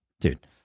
dude